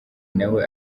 nawe